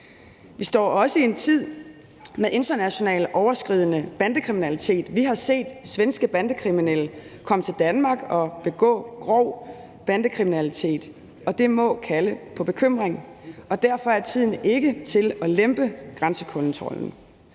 Vi står også i en tid med international, grænseoverskridende bandekriminalitet. Vi har set svenske bandekriminelle komme til Danmark og begå grov bandekriminalitet, og det må kalde på bekymring. Derfor er tiden ikke til at lempe grænsekontrollen.